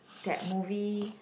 that movie